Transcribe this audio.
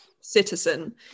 citizen